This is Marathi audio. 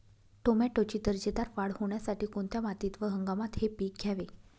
टोमॅटोची दर्जेदार वाढ होण्यासाठी कोणत्या मातीत व हंगामात हे पीक घ्यावे?